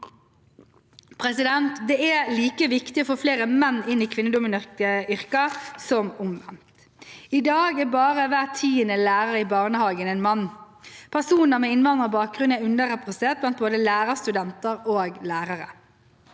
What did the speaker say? utdanning. Det er like viktig å få flere menn inn i kvinnedominerte yrker som omvendt. I dag er bare hver tiende lærer i barnehagen en mann. Personer med innvandrerbakgrunn er underrepresentert blant både lærerstudenter og lærere.